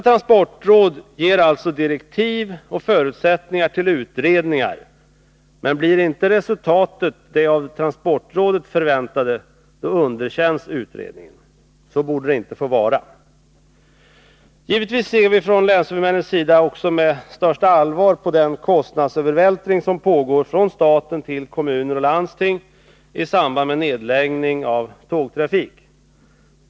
Transportrådet ger alltså direktiv och förutsättningar till utredningar. Men blir inte resultatet det av transportrådet förväntade, då underkänns utredningen. Så borde det inte få vara. Givetvis ser vi från länshuvudmännens sida också med största allvar på den kostnadsövervältring som pågår från staten till kommuner och landsting i samband med nedläggning av tågtrafik.